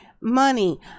money